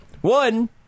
One